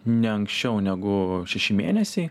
ne anksčiau negu šeši mėnesiai